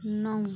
नौ